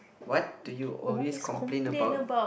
what do you always complain about